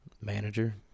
manager